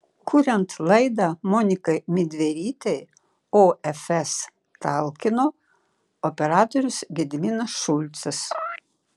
kuriant laidą monikai midverytei ofs talkino operatorius gediminas šulcas